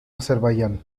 azerbaiyán